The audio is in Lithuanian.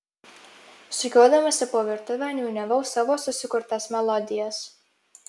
sukiodamasi po virtuvę niūniavau savo susikurtas melodijas